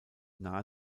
nah